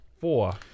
Four